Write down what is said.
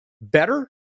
better